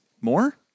More